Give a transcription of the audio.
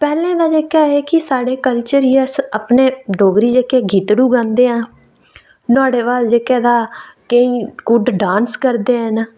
पैह्लें तां जेहका एह् ऐ कि साढ़े कल्चर गी अस अपने डोगरी जेह्के गितड़ू गांदे हा नुआढ़े बाद जेहके तां केईं कुड्ड डांस करदे है ना